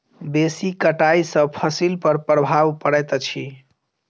बेसी कटाई सॅ फसिल पर प्रभाव पड़ैत अछि